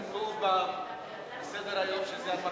כתוב בסדר-היום שזה הנמקה מהמקום.